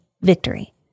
victory